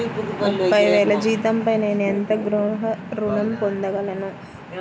ముప్పై వేల జీతంపై నేను ఎంత గృహ ఋణం పొందగలను?